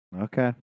Okay